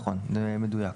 נכון, זה מדויק.